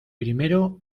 primero